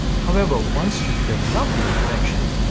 however, once you develop the infection,